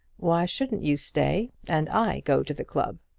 why shouldn't you stay, and i go to the club?